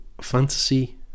fantasy